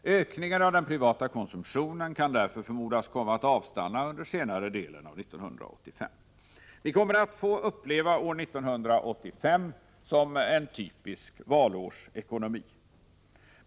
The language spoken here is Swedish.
Ökningen av den privata konsumtionen kan därför förmodas komma att avstanna under senare delen av 1985. Vi kommer alltså att få uppleva år 1985 som en typisk valårsekonomi.